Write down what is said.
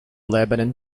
lebanon